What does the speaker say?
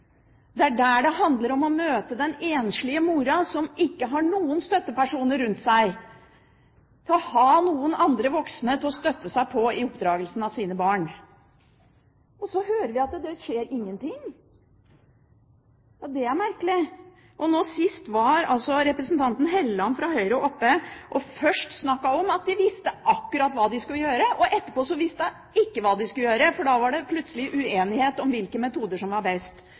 Det er der det handler om å møte den enslige moren som ikke har noen støttepersoner rundt seg, til å ha noen andre voksne å støtte seg på i oppdragelsen av sine barn. Så hører vi at det skjer ingenting. Ja, det er merkelig. Nå sist var altså representanten Hofstad Helleland, fra Høyre, oppe. Først snakket hun om at de visste akkurat hva de skulle gjøre, og etterpå visste hun ikke hva de skulle gjøre, for da var det plutselig uenighet om hvilke metoder som var best.